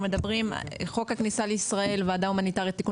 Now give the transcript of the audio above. חוק הכניסה לישראל ועדה הומניטרית תיקון